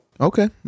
okay